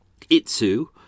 Itsu